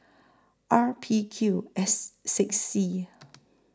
R P Q S six C